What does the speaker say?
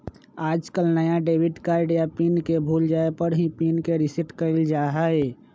आजकल नया debit card या पिन के भूल जाये पर ही पिन के रेसेट कइल जाहई